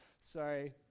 Sorry